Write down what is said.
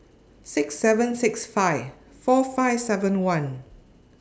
six seven six five four five seven one